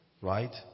right